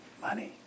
Money